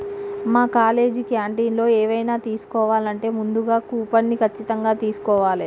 మా కాలేజీ క్యాంటీన్లో ఎవైనా తీసుకోవాలంటే ముందుగా కూపన్ని ఖచ్చితంగా తీస్కోవాలే